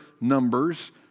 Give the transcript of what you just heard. numbers